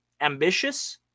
ambitious